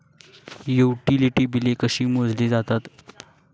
Utility बिले कशी मोजली जातात?